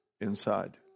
inside